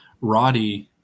Roddy